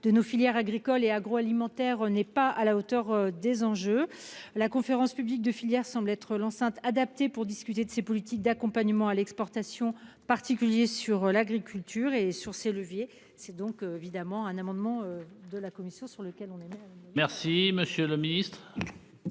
de nos filières agricoles et agroalimentaires n'est pas à la hauteur des enjeux. La conférence publique de filière semble être l'enceinte adaptée pour discuter de ces produits. Si d'accompagnement à l'exportation particulier sur l'agriculture et sur ces leviers c'est donc évidemment un amendement de la commission sur lequel on est. Merci, monsieur le Ministre.